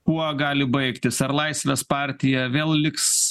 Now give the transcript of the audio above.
kuo gali baigtis ar laisvės partija vėl liks